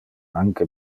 anque